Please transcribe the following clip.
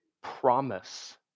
promise